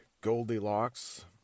Goldilocks